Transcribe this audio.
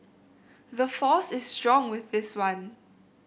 the force is strong with this one